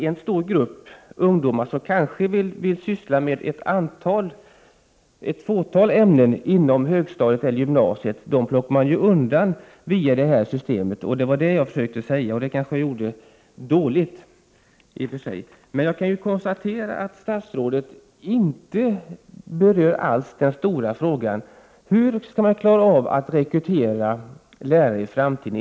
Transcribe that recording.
En stor grupp ungdomar, som kanske vill syssla med ett fåtal ämnen inom högstadiet eller gymnasiet, plockas därmed undan från lärarutbildningen. Det var det jag försökte förklara, och det gjorde jag kanske dåligt, men jag konstaterar att statsrådet inte alls berör den stora frågan hur man skall klara av att rekrytera lärare i framtiden.